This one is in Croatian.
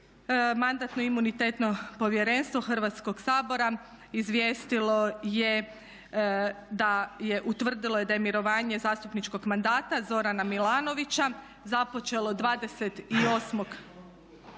Mandatno imunitetno povjerenstvo Hrvatskog sabora izvijestilo je da, utvrdilo je da je mirovanje zastupničkog mandata Zorana Milanovića započelo 28. prosinca